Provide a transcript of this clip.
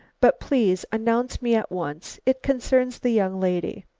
but please announce me at once. it concerns the young lady.